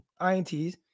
INTs